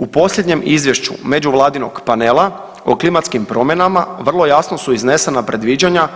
U posljednjem izvješću međuvladinog panela o klimatskim promjenama vrlo jasno su iznesena predviđanja